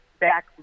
back